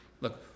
Look